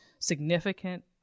significant